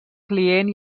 client